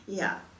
ya